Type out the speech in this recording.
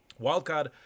Wildcard